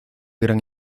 gran